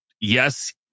Yes